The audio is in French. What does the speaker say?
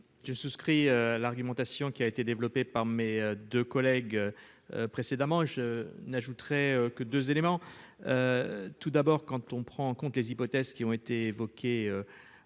je souscris l'argumentation qui a été développé par mes 2 collègues précédemment, je n'ajouterai que 2 éléments tout d'abord quand on prend en compte les hypothèses qui ont été évoqués à l'instant